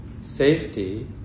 safety